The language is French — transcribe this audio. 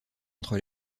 entre